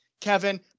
Kevin